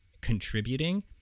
contributing